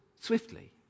swiftly